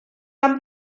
han